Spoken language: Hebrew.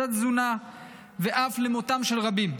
תת-תזונה ואף למותם של רבים.